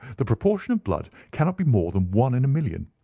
the proportion of blood cannot be more than one in a million.